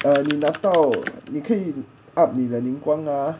ah 你拿到你可以 up 你的 ning guang ah